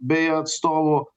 bei atstovų